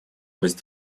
быть